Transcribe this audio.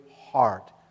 heart